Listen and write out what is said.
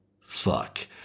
Fuck